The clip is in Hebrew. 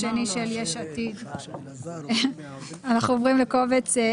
הצבעה הרוויזיה לא אושרה.